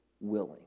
willing